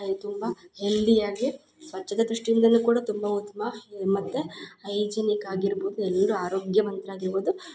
ತುಂಬ ಹೆಲ್ದಿಯಾಗೆ ಸ್ವಚ್ಛತೆ ದೃಷ್ಟಿಯಿಂದನು ಕೂಡ ತುಂಬ ಉತ್ತಮ ಮತ್ತು ಹೈಜೀನಿಕ್ ಆಗಿರ್ಬೋದು ಎಲ್ಲರು ಆರೋಗ್ಯವಂತ್ರ ಆಗಿರ್ಬೋದು